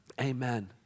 Amen